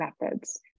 methods